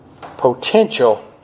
potential